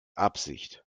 absicht